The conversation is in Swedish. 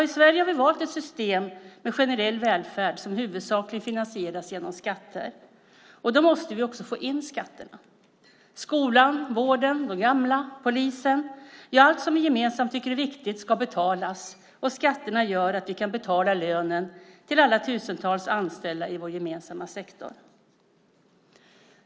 I Sverige har vi valt ett system med generell välfärd som huvudsakligen finansieras genom skatter. Då måste vi också få in skatterna. Skolan, vården, de gamla, polisen, ja, allt som vi gemensamt tycker är viktigt ska betalas, och skatterna gör att vi kan betala lönen till alla tusentals anställda i vår gemensamma sektor.